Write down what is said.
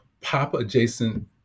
pop-adjacent